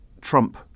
Trump